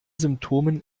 symptomen